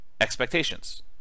expectations